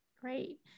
Great